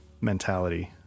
mentality